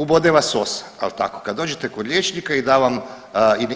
Ubode vas osa, jel tako, kad dođete kod liječnika i da vam,